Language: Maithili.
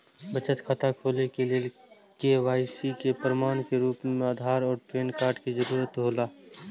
बचत खाता खोले के लेल के.वाइ.सी के प्रमाण के रूप में आधार और पैन कार्ड के जरूरत हौला